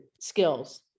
skills